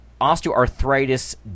osteoarthritis